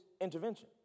intervention